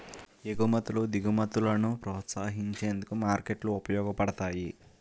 ఎగుమతులు దిగుమతులను ప్రోత్సహించేందుకు మార్కెట్లు ఉపయోగపడతాయి